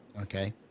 okay